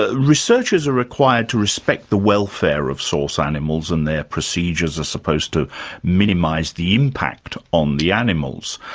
ah researchers are required to respect the welfare of source animals and their procedures are supposed to minimise the impact on the animals.